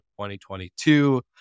2022